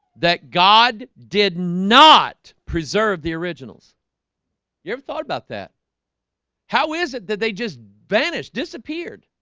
that? god did not preserve the originals you ever thought about that how is it that they just vanished disappeared?